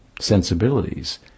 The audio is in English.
sensibilities